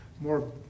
more